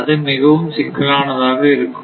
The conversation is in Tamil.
அது மிகவும் சிக்கலானதாக இருக்கும்